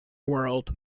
world